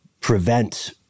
prevent